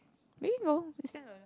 bingo you send to